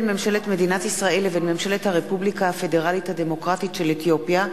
(תיקון, הפקעת זכויות),